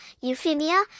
Euphemia